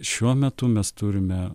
šiuo metu mes turime